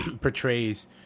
portrays